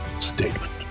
statement